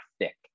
thick